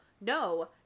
no